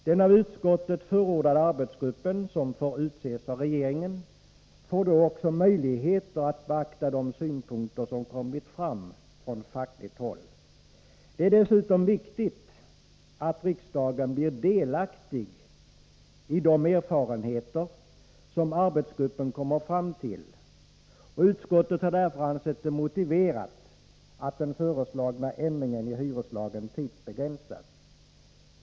Den av utskottet förordade arbetsgruppen, som får utses av regeringen, får då också möjligheter att beakta de synpunkter som kommit fram från fackligt håll. Det är dessutom viktigt att riksdagen blir delaktig i de erfarenheter som arbetsgruppen kommer fram till. Utskottet har därför ansett det motiverat att den föreslagna ändringen i hyreslagen tidsbegränsas.